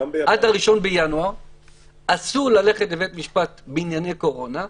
עד 1 בינואר אסור ללכת לבית משפט בענייני קורונה,